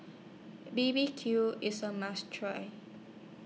B B Q IS A must Try